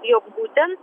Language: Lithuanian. jog būtent